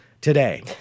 today